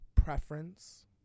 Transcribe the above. preference